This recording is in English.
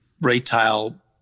retail